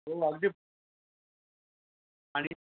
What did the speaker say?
हो अगदीच आणि